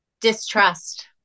distrust